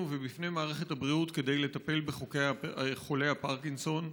ובפני מערכת הבריאות בטיפול בחולי הפרקינסון.